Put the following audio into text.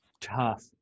tough